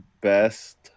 best